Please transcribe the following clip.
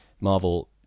Marvel